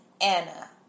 Anna